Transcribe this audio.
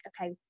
okay